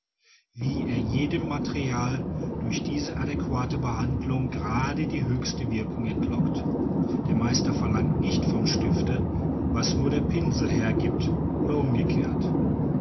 wie er jedem material durch diese adäquate behandlung gerade die höchste wirkung entlockt der meister verlangt nicht vom stifte was nur der pinsel hergibt oder umgekehrt